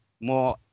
more